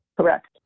Correct